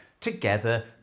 together